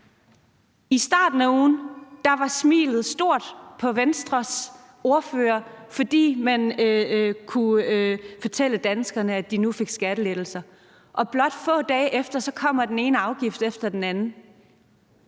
I starten af ugen var smilet stort på Venstres ordfører, fordi man kunne fortælle danskerne, at de nu fik skattelettelser, og blot få dage efter kommer den ene afgift efter den anden.